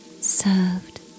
served